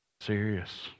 Serious